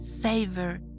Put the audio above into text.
savor